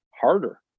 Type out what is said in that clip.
harder